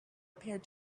appeared